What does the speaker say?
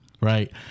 right